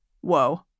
Whoa